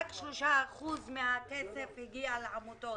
רק 3% מהכסף הגיע לעמותות.